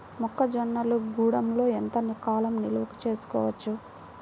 మొక్క జొన్నలు గూడంలో ఎంత కాలం నిల్వ చేసుకోవచ్చు?